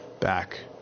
back